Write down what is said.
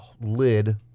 lid